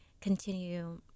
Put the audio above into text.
continue